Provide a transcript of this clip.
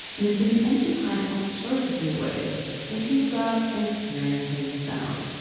and has been the engine behind all sorts of new ways of thinking about and experiencing sound.